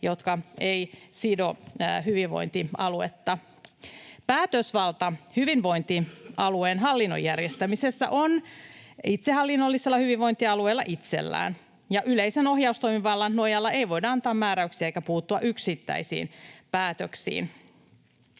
jotka eivät sido hyvinvointialuetta. Päätösvalta hyvinvointialueen hallinnon järjestämisestä on itsehallinnollisella hyvinvointialueella itsellään, ja yleisen ohjaustoimivallan nojalla ei voida antaa määräyksiä eikä puuttua yksittäisiin päätöksiin.